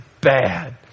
bad